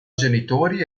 genitori